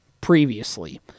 previously